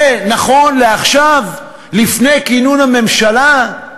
זה, נכון לעכשיו לפני כינון הממשלה,